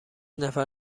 نفر